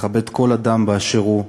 לכבד כל אדם באשר הוא,